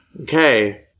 Okay